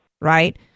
Right